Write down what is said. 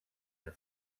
your